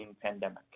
pandemic